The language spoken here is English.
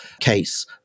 case